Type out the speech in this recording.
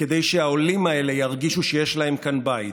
כדי שהעולים הללו ירגישו שיש להם כאן בית